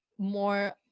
more